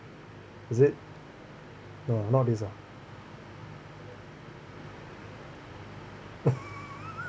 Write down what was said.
is it no ah not this ah